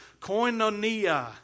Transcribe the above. Koinonia